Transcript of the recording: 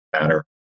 matter